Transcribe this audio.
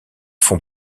font